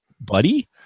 buddy